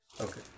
Okay